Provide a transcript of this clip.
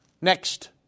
next